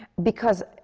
because